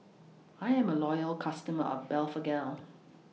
I Am A Loyal customer of Blephagel